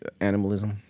animalism